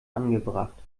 angebracht